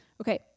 Okay